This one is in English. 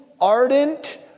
ardent